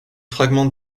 fragments